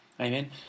Amen